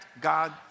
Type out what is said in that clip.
God